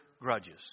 grudges